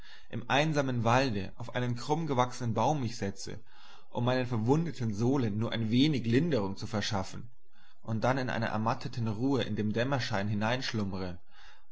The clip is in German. im einsamen walde auf einen krumm gewachsenen baum mich setze um meinen verwundeten sohlen nur einige linderung zu verschaffen und dann in einer ermattenden ruhe in dem dämmerschein